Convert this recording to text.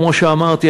כמו שאמרתי,